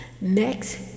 Next